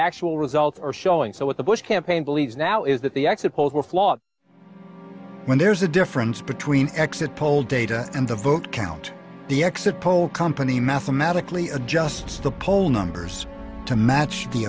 actual results are showing so what the bush campaign believes now is that the exit polls were flawed when there's a difference between exit poll data and the vote count the exit poll company mathematically adjusts the poll numbers to match the